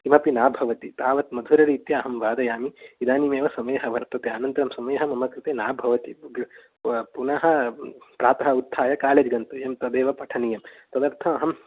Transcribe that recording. किमपि न भवति तावत् मधुररीत्या अहं वादयामि इदानीमेव समयः वर्तते अनन्तरं समयः मम कृते न भवति पु पुनः प्रातः उत्थाय कालेज् गन्तव्यं तदेव पठनीयं तदर्थम् अहं